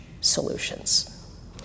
solutions